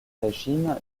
régime